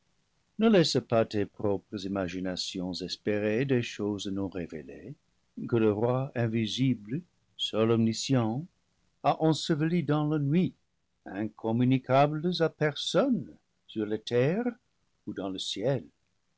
ne laisse pas tes propres imaginations espé rer des choses non révélées que le roi invisible seul omni scient a ensevelies dans la nuit incommunicables à personne sur la terre ou dans le ciel